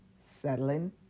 settling